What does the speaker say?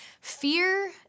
fear